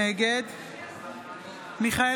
נגד מיכאל